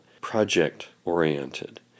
project-oriented